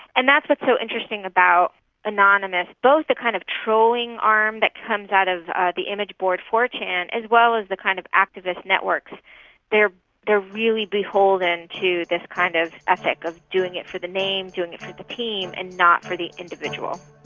and that's what's so interesting about anonymous both the kind of trolling arm that comes out of the image board four chan as well as the, kind of, activist networks they're they're really beholden to this kind of ethic, of doing it for the name, doing it for the team and not for the individual.